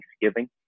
thanksgiving